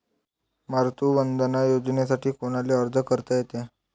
मातृवंदना योजनेसाठी कोनाले अर्ज करता येते?